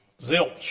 Zilch